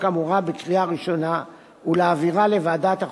האמורה בקריאה ראשונה ולהעבירה לוועדת החוקה,